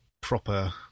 proper